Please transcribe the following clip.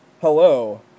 hello